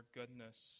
goodness